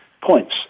points